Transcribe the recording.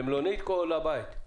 כולם למלונית או לבית?